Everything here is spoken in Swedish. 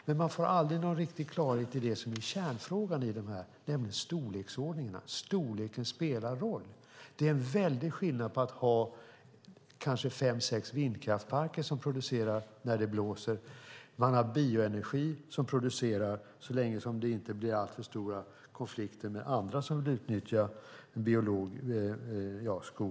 Man får aldrig någon riktig klarhet i kärnfrågan i detta, nämligen storleksordningen. Storleken spelar roll. Det är en väldig skillnad på att ha fem sex vindkraftsparker som producerar när det blåser och bioenergi som producerar så länge det inte blir alltför stora konflikter med andra som vill utnyttja skogen i det här fallet.